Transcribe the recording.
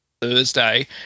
Thursday